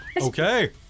okay